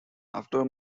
after